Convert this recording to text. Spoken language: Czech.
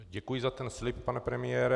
Děkuji za ten slib, pane premiére.